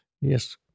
Yes